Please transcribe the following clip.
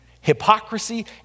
hypocrisy